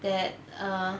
that uh